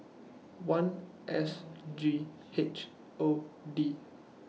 one S G H O D